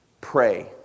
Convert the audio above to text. Pray